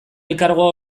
elkargoa